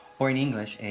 or in english,